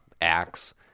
acts